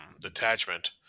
detachment